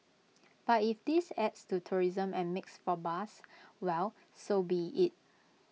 but if this adds to tourism and makes for buzz well so be IT